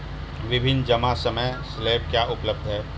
विभिन्न जमा समय स्लैब क्या उपलब्ध हैं?